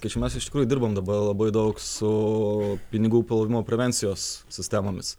kai čia mes iš tikrųjų dirbam dabar labai daug su pinigų plovimo prevencijos sistemomis